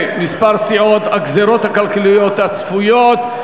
כמה סיעות: הגזירות הכלכליות הצפויות.